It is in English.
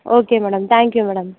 okay madam thank you madam